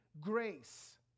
grace